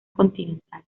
continental